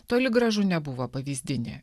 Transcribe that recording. toli gražu nebuvo pavyzdinė